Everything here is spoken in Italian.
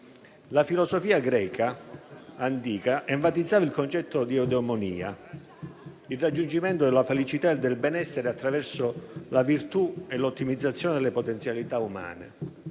La filosofia greca antica enfatizzava il concetto di eudemonia, il raggiungimento della felicità e del benessere attraverso la virtù e l'ottimizzazione delle potenzialità umane.